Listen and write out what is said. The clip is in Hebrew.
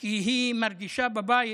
כי היא מרגישה בבית